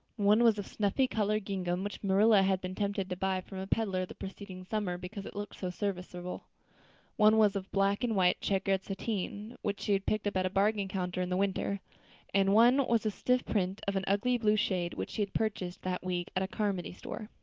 one was of snuffy colored gingham which marilla had been tempted to buy from a peddler the preceding summer because it looked so serviceable one was of black-and-white checkered sateen which she had picked up at a bargain counter in the winter and one was a stiff print of an ugly blue shade which she had purchased that week at a carmody store.